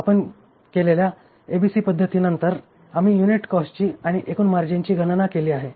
आपण केलेल्या एबीसी पध्दतीनंतर आम्ही युनिट कॉस्टची आणि एकूण मार्जिनची गणना केली आहे